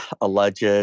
alleged